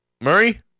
Murray